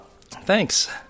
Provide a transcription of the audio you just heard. Thanks